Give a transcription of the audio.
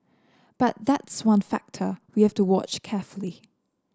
but that's one factor we have to watch carefully